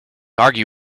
argue